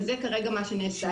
וזה כרגע מה שנעשה,